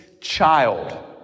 Child